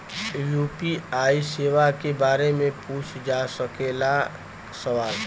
UPI सेवा के बारे में पूछ जा सकेला सवाल?